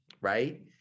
right